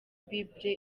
bible